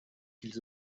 qu’ils